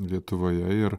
lietuvoje ir